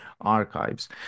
archives